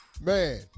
man